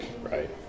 Right